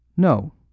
No